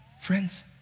Friends